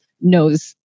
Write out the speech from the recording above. knows